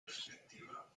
perspectiva